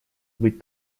быть